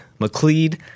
McLeod